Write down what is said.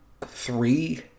Three